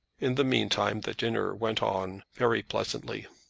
in the meantime the dinner went on very pleasantly.